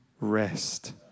rest